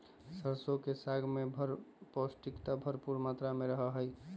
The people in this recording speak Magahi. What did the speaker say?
सरसों के साग में पौष्टिकता भरपुर मात्रा में रहा हई